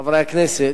חברי הכנסת,